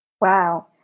Wow